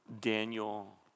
Daniel